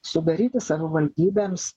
sudaryti savivaldybėms